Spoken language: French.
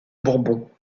bourbon